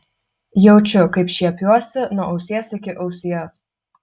jaučiu kaip šiepiuosi nuo ausies iki ausies